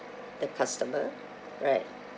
the customer right